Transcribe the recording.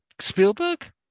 Spielberg